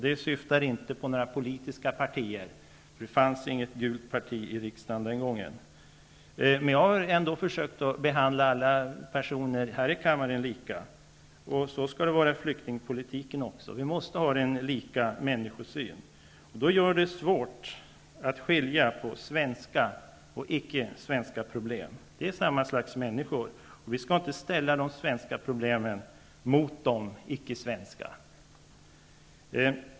Det syftar inte på några politiska partier, det fanns nämligen inte något gult parti i riksdagen den gången. Jag har i alla fall försökt behandla alla personer här i kammaren på samma sätt. Så skall det vara även inom flyktingpolitiken. Vi måste ha en människosyn som innebär att vi behandlar alla människor likadant. Då är det svårt att skilja på svenska och icke-svenska problem. Det handlar om samma slags människor. Vi skall inte ställa de svenska problemen mot de icke-svenska.